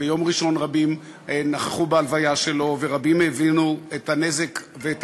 ביום ראשון רבים נכחו בהלוויה שלו ורבים הבינו את הנזק ואת